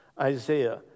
Isaiah